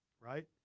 right